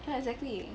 exactly